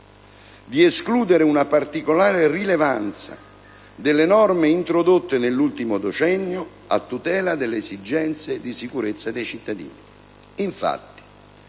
di escludere una particolare rilevanza delle norme introdotte nell'ultimo decennio a tutela delle esigenze di sicurezza dei cittadini. Infatti,